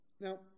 Now